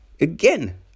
Again